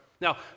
Now